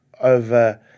over